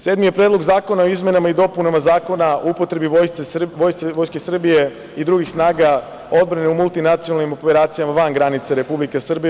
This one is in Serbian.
Sedmi je Predlog zakona o izmenama i dopunama Zakona o upotrebi Vojske Republike Srbije i drugih snaga odbrane u multinacionalnim operacijama van granica Republike Srbije.